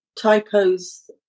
typos